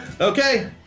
Okay